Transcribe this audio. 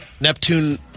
Neptune